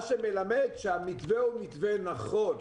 מה שמלמד שהמתווה הוא מתווה נכון.